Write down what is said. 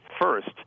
first